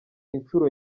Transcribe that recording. inshuro